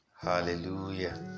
Hallelujah